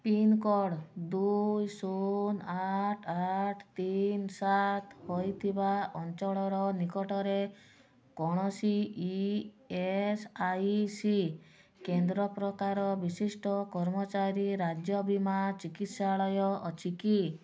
pincode ଦୁଇ ଶୂନ ଆଠ ଆଠ ତିନି ସାତ ହୋଇଥିବା ଅଞ୍ଚଳର ନିକଟରେ କୌଣସି ଇ ଏସ୍ ଆଇ ସି କେନ୍ଦ୍ର ପ୍ରକାର ବିଶିଷ୍ଟ କର୍ମଚାରୀ ରାଜ୍ୟ ବୀମା ଚିକିତ୍ସାଳୟ ଅଛି କି